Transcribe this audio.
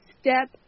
step